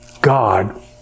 God